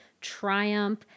triumph